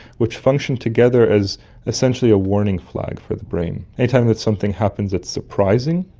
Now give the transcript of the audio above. which function together as essentially a warning flag for the brain. any time that something happens that's surprising,